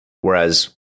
Whereas